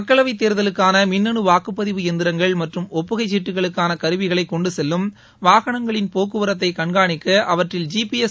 மக்களவைத் தேர்தலுக்கான மின்னனு வாக்குப்பதிவு எந்திரங்கள் மற்றும் ஒப்புகைச் சீட்டுகளுக்கான கருவிகளை கொண்டுச் செல்லும் வாகனங்களின் போக்குவரத்தை கண்காணிக்க அவற்றில் ஜிபிஎஸ்